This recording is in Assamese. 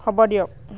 হ'ব দিয়ক